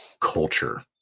culture